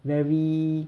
very